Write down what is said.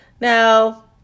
Now